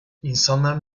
i̇nsanlar